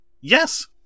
Yes